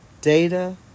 data